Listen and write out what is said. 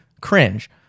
Cringe